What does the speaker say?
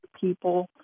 people